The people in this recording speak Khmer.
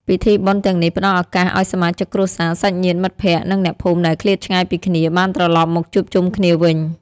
ពិធីបុណ្យទាំងនេះផ្តល់ឱកាសឲ្យសមាជិកគ្រួសារ សាច់ញាតិ មិត្តភ័ក្តិ និងអ្នកភូមិដែលឃ្លាតឆ្ងាយពីគ្នា បានត្រឡប់មកជួបជុំគ្នាវិញ។